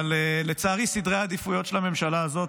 אבל לצערי סדרי העדיפויות של הממשלה הזאת,